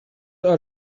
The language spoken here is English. are